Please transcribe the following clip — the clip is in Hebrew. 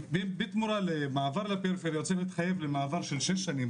בתמורה למעבר לפריפריה הוא צריך להתחייב למעבר של שש שנים,